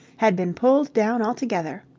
had been pulled down altogether.